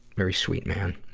very sweet man.